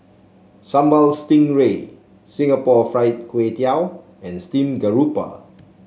Sambal Stingray Singapore Fried Kway Tiao and Steam Garoupa